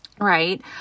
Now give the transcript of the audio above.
Right